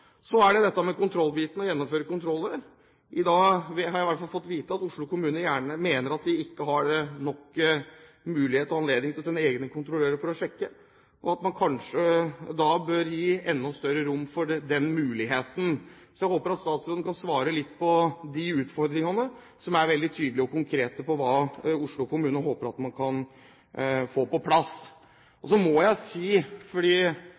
Så er det dette med kontrollbiten – å gjennomføre kontroller. I dag har jeg i hvert fall fått vite at Oslo kommune mener at de ikke i stor nok grad har mulighet og anledning til å sende egne kontrollører for å sjekke, og at man kanskje bør gi enda større rom for den muligheten. Jeg håper at statsråden kan svare litt på de utfordringene, som er veldig tydelige og konkrete når det gjelder hva Oslo kommune håper at man kan få på plass.